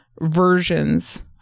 versions